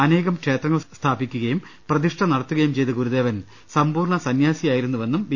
അനേകം ക്ഷേത്രങ്ങൾ സ്ഥാപിക്കുകയും പ്രതിഷ്ഠ നട ത്തുകയും ചെയ്ത ഗുരുദേവൻ സമ്പൂർണ്ണ സന്യാസിയായിരുന്നുവെന്നും ബി